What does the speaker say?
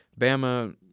Bama